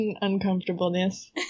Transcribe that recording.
uncomfortableness